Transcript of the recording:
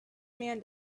man